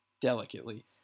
delicately